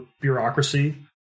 bureaucracy